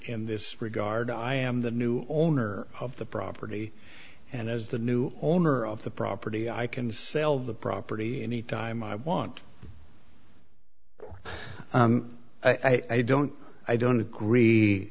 in this regard i am the new owner of the property and as the new owner of the property i can sell the property anytime i want i don't i don't agree